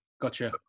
Gotcha